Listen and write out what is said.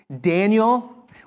Daniel